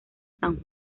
san